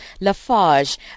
Lafarge